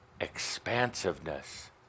expansiveness